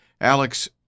Alex